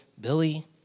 Billy